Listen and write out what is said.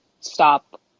stop